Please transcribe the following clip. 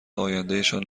آیندهشان